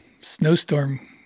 snowstorm